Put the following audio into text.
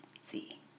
See